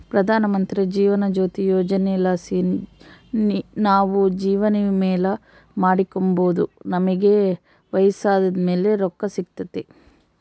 ಪ್ರಧಾನಮಂತ್ರಿ ಜೀವನ ಜ್ಯೋತಿ ಯೋಜನೆಲಾಸಿ ನಾವು ಜೀವವಿಮೇನ ಮಾಡಿಕೆಂಬೋದು ನಮಿಗೆ ವಯಸ್ಸಾದ್ ಮೇಲೆ ರೊಕ್ಕ ಸಿಗ್ತತೆ